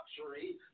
luxury